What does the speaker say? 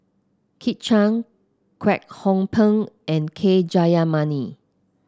Kit Chan Kwek Hong Png and K Jayamani